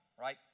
right